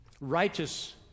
righteous